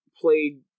played